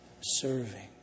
serving